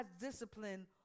discipline